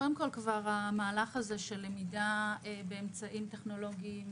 קודם כל, המהלך הזה של למידה באמצעים טכנולוגיים